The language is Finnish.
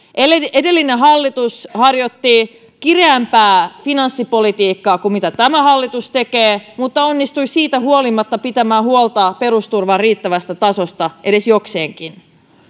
edellinen hallitus harjoitti kireämpää finanssipolitiikkaa kuin tämä hallitus mutta onnistui siitä huolimatta pitämään huolta perusturvan riittävästä tasosta edes jokseenkin